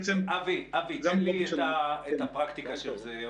אבי, תן לי את הפרקטיקה של זה.